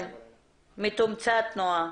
בבקשה.